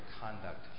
conduct